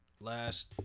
Last